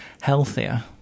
healthier